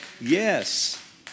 Yes